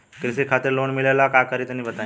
कृषि खातिर लोन मिले ला का करि तनि बताई?